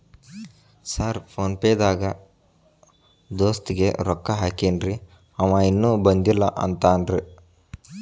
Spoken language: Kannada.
ಸರ್ ಫೋನ್ ಪೇ ದಾಗ ದೋಸ್ತ್ ಗೆ ರೊಕ್ಕಾ ಹಾಕೇನ್ರಿ ಅಂವ ಇನ್ನು ಬಂದಿಲ್ಲಾ ಅಂತಾನ್ರೇ?